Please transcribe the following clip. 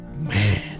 Man